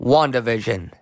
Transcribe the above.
WandaVision